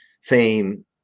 fame